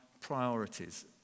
priorities